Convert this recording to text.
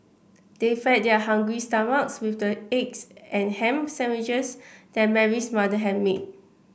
they fed their hungry stomachs with the eggs and ham sandwiches that Mary's mother had made